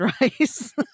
rice